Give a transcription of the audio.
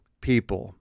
people